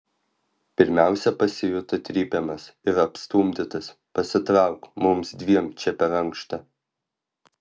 pirmiausia pasijuto trypiamas ir apstumdytas pasitrauk mums dviem čia per ankšta